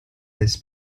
his